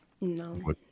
No